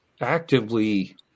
actively